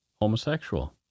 Homosexual